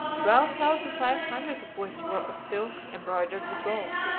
twelve thousand five hundred of which were of silk embroidered with gold.